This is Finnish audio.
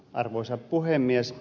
arvoisa puhemies